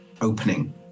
opening